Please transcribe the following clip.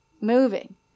Moving